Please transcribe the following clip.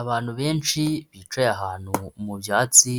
Abantu benshi bicaye ahantu mu byatsi